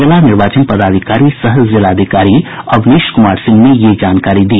जिला निर्वाचन पदाधिकारी सह जिलाधिकारी अवनीश कुमार सिंह ने ये जानकारी दी